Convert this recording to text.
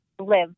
live